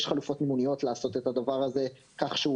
יש חלופות מימוניות לעשות את הדבר הזה כך שהוא